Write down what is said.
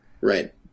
Right